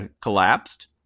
collapsed